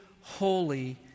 holy